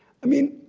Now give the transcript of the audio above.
i mean,